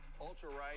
ultra-right